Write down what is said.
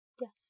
Yes